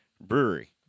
Brewery